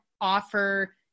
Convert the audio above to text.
offer